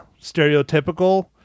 stereotypical